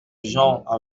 gens